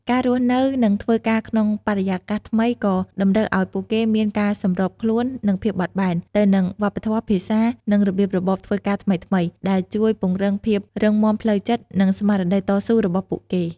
ការរស់នៅ និងធ្វើការក្នុងបរិយាកាសថ្មីក៏តម្រូវឱ្យពួកគេមានការសម្របខ្លួន និងភាពបត់បែន ទៅនឹងវប្បធម៌ ភាសា និងរបៀបរបបធ្វើការថ្មីៗ ដែលជួយពង្រឹងភាពរឹងមាំផ្លូវចិត្ត និងស្មារតីតស៊ូរបស់ពួកគេ។